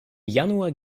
januar